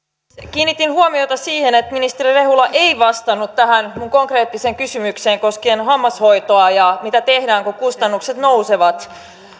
kiinnitin huomiota siihen että ministeri rehula ei vastannut tähän minun konkreettiseen kysymykseeni koskien hammashoitoa ja sitä mitä tehdään kun kustannukset nousevat minä luulen että